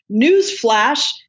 newsflash